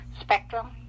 spectrum